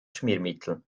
schmiermittel